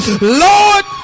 Lord